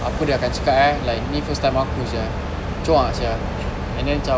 apa dia akan cakap eh like ni first time aku sia cuak sia and then macam